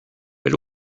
but